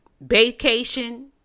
vacation